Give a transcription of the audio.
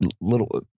little